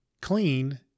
clean